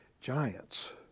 Giants